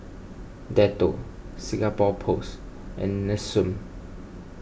Dettol Singapore Post and Nestum